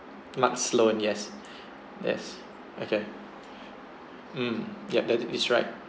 mark sloan yes yes okay mm yup that is right